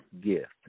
gift